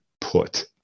put